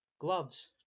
Gloves